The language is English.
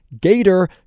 Gator